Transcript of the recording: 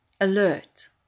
alert